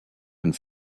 and